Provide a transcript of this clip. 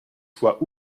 soient